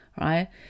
right